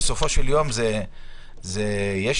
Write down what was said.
נציג